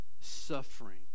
suffering